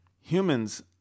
humans